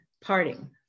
parting